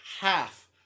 half